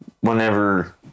whenever